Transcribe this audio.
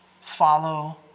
Follow